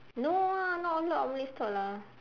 no lah not a lot of malay store lah